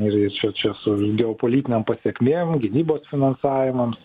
ir ir čia čia su geopolitiniam pasekmėm gynybos finansavimams